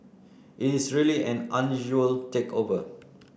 it is really an unusual takeover